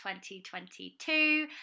2022